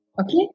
Okay